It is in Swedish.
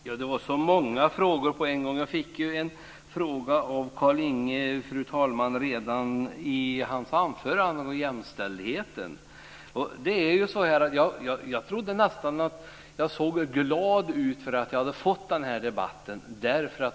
Fru talman! Det var många frågor på en gång. Jag fick en fråga från Carlinge Wisberg redan i hans anförande om jämställdheten. Jag såg glad ut därför att vi hade fått den här debatten.